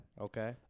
Okay